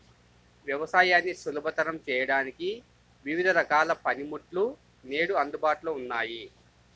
వ్యవసాయాన్ని సులభతరం చేయడానికి వివిధ రకాల పనిముట్లు నేడు అందుబాటులో ఉన్నాయి